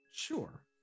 sure